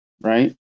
right